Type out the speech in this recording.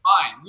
Fine